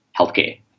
healthcare